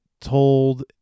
told